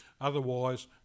Otherwise